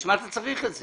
לשם מה אתה צריך אותו?